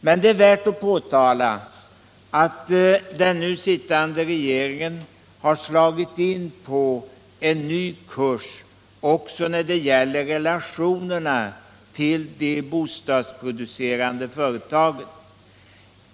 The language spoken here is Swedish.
Men det är värt att påpeka att den nu sittande regeringen har slagit in på en ny kurs också när det gäller relationerna till de bostadsproducerande företagen.